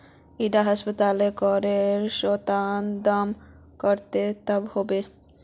इडा सप्ताह अदरकेर औसतन दाम कतेक तक होबे?